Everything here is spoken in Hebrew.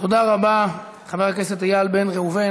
תודה רבה, חבר הכנסת איל בן ראובן.